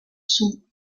sont